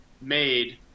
made